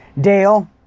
Dale